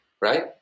right